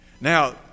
Now